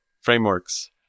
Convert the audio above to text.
frameworks